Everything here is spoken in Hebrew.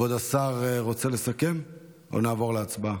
כבוד השר רוצה לסכם או שנעבור להצבעה?